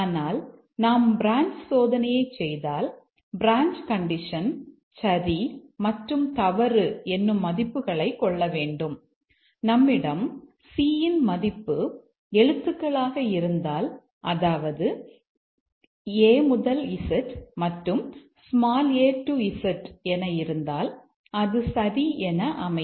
ஆனால் நாம் பிரான்ச் சோதனையைச் செய்தால் பிரான்ச் கண்டிஷன் சரி மற்றும் தவறு என்னும் மதிப்புகளைக் கொள்ள வேண்டும் நம்மிடம் c மதிப்பு எழுத்துக்களாக இருந்தால் அதாவது A முதல் Z மற்றும் a to z என இருந்தால் அது சரி என அமையும்